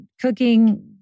cooking